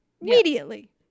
immediately